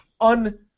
un